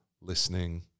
listening